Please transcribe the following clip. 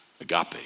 agape